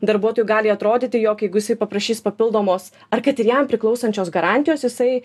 darbuotojui gali atrodyti jog jeigu jisai paprašys papildomos ar kad ir jam priklausančios garantijos jisai